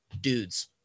dudes